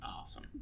Awesome